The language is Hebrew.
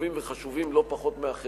טובים וחשובים לא פחות מאחרים,